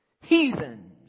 heathens